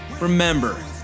Remember